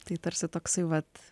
tai tarsi toksai vat